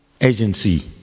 agency